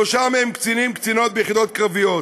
שלושה מהם קצינים וקצינות ביחידות קרביות